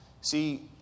See